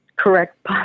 Correct